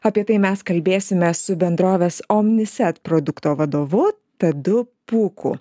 apie tai mes kalbėsime su bendrovės omniset produkto vadovu tadu pūku